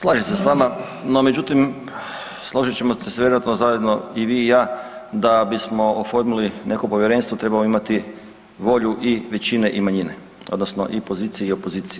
Slažem se s vama, no međutim složit ćemo se vjerojatno zajedno i vi i ja da bismo oformili neko povjerenstvo trebamo imati volju i većine i manjine odnosno i pozicije i opozicije.